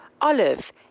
olive